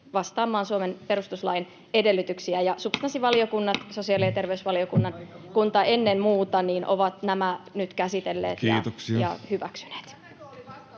vastaamaan Suomen perustuslain edellytyksiä, ja substanssivaliokunnat, sosiaali- ja terveysvaliokunta ennen muuta, ovat nämä nyt käsitelleet ja hyväksyneet.